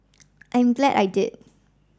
I'm glad I did